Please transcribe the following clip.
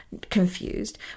confused